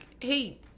hey